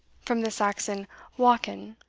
from the saxon whacken,